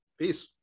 Peace